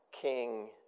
king